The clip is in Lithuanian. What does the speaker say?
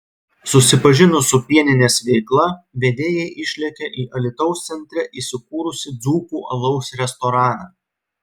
susipažinus su pieninės veikla vedėjai išlėkė į alytaus centre įsikūrusį dzūkų alaus restoraną